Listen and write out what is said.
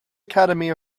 academy